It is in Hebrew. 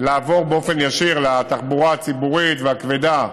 לעבור באופן ישיר לתחבורה הציבורית והכבדה.